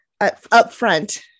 upfront